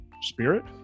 Spirit